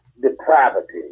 depravity